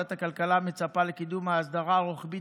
ועדת הכלכלה מצפה לקידום ההסדרה הרוחבית